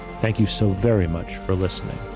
thank you so very much for listening